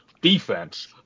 defense